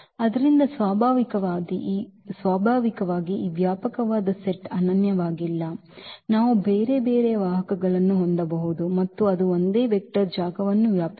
ಆದ್ದರಿಂದ ಸ್ವಾಭಾವಿಕವಾಗಿ ಈ ವ್ಯಾಪಕವಾದ ಸೆಟ್ ಅನನ್ಯವಾಗಿಲ್ಲ ನಾವು ಬೇರೆ ಬೇರೆ ವಾಹಕಗಳನ್ನು ಹೊಂದಬಹುದು ಮತ್ತು ಅದು ಒಂದೇ ವೆಕ್ಟರ್ ಜಾಗವನ್ನು ವ್ಯಾಪಿಸಿದೆ